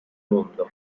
mundo